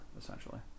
essentially